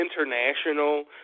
international